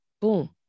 Boom